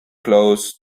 close